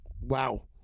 Wow